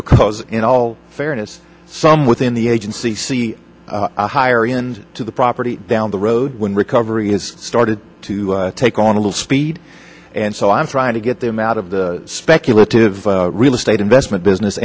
because in all fairness some within the agency see a higher end to the property down the road when recovery has started to take on a little speed and so i'm trying to get them out of the speculative real estate investment business